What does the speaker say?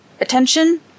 attention